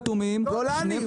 לו.